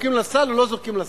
זורקים לסל או לא זורקים לסל.